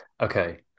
Okay